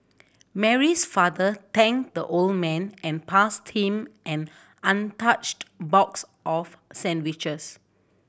Mary's father thanked the old man and passed him an untouched box of sandwiches